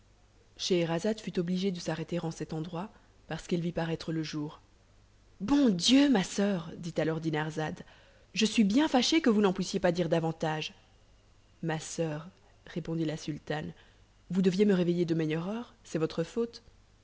scheherazade fut obligée de s'arrêter en cet endroit parce qu'elle vit paraître le jour bon dieu ma soeur dit alors dinarzade je suis bien fâchée que vous n'en puissiez pas dire davantage ma soeur répondit la sultane vous deviez me réveiller de meilleure heure c'est votre faute